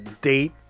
date